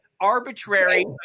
arbitrary